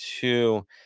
two